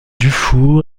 dufour